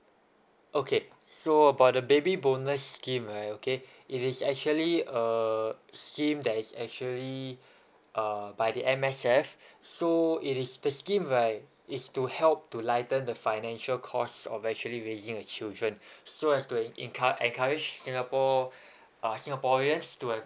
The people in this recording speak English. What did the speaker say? okay so about the baby bonus scheme right okay it is actually a scheme that is actually uh by the M_S_F so it is the scheme right is to help to lighten the financial cost of actually raising a children so as to encou~ encourage singapore uh singaporeans to have